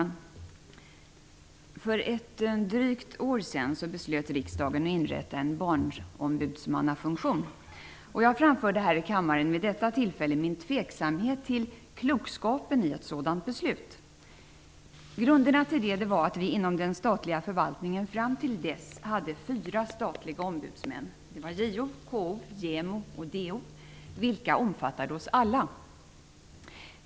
Herr talman! För drygt ett år sedan beslöt riksdagen att inrätta en barnombudsmannafunktion. Jag framförde här i kammaren vid detta tillfälle min tveksamhet till klokskapen i ett sådant beslut. Grunderna till det var att vi inom den statliga förvaltningen fram till dess haft fyra statliga ombudsmän -- JO, KO, JämO och DO -- vilka omfattade oss alla.